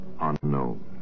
unknown